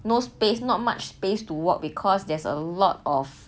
no space not much space to walk because there's a lot of